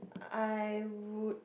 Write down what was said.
I would